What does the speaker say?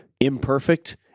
imperfect